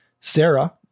Sarah